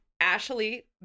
Ashley